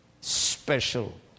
Special